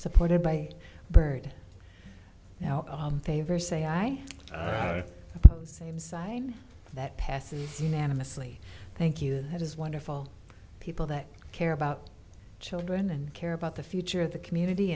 supported by byrd now favor say aye same sign that path unanimously thank you that is wonderful people that care about children and care about the future of the community